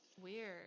Weird